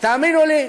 ותאמינו לי: